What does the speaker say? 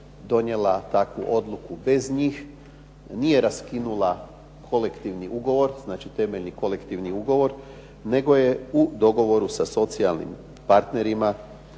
donijela takvu odluku bez njih, nije raskinula kolektivni ugovor, znači temeljni kolektivni ugovor, nego je u dogovoru sa socijalnim partnerima